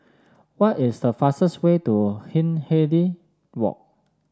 what is the fastest way to Hindhede Walk